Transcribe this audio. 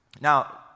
Now